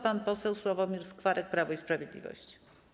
Pan poseł Sławomir Skwarek, Prawo i Sprawiedliwość.